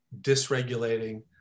dysregulating